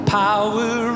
power